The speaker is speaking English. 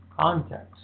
context